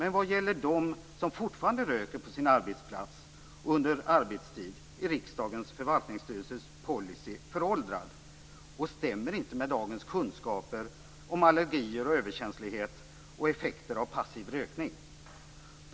Men vad gäller dem som fortfarande röker på sin arbetsplats under arbetstid är riksdagens förvaltningsstyrelses policy föråldrad och stämmer inte med dagens kunskaper om allergier, överkänslighet och effekter av passiv rökning.